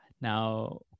now